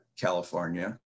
California